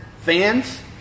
fans